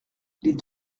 les